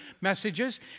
messages